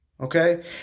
Okay